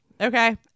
okay